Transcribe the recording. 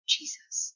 Jesus